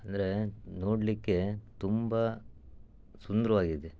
ಅಂದರೆ ನೋಡಲಿಕ್ಕೆ ತುಂಬ ಸುಂದ್ರವಾಗಿದೆ